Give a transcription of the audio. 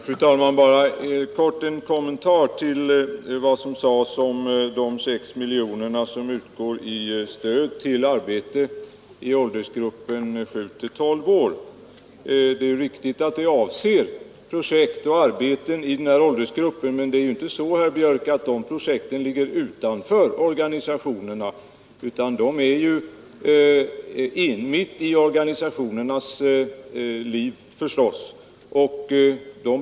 Fru talman! Bara en kort kommentar till vad som sades om de 6 miljoner kronor, som utgår som stöd till arbete i åldersgruppen 7—12 år. Det är riktigt att beloppet avser projekt och arbeten i denna åldersgrupp, men dessa projekt ligger inte utanför organisationerna, herr Björk i Gävle, utan de ingår i dem.